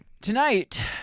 tonight